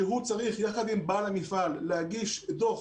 שהם צריכים יחד עם בעל המפעל להגיש דוח